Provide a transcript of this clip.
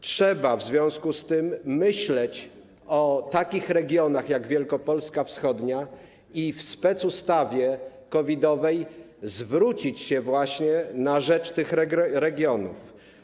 Trzeba w związku z tym myśleć o takich regionach jak Wielkopolska wschodnia i w specustawie COVID-owej zwrócić się właśnie w stronę tych regionów.